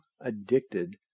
addicted